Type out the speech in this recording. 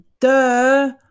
Duh